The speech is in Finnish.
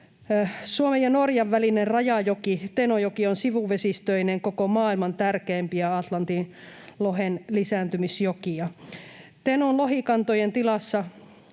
Suomen ja Norjan välinen rajajoki, Tenojoki, on sivuvesistöineen koko maailman tärkeimpiä Atlantin lohen lisääntymisjokia. Tenon lohikantojen tilassa